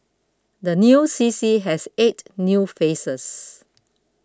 the new C C has eight new faces